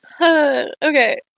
Okay